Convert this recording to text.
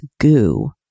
goo